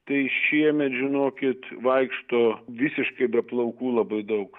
tai šiemet žinokit vaikšto visiškai be plaukų labai daug